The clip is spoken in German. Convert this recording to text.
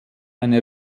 eine